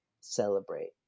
celebrate